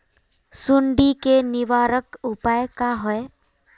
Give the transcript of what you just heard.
सुंडी के निवारक उपाय का होए?